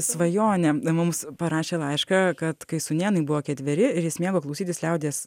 svajonė mums parašė laišką kad kai sūnėnui buvo ketveri ir jis mėgo klausytis liaudies